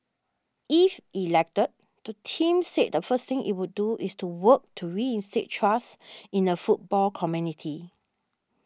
if elected the team said the first thing it would do is to work to reinstate trust in the football community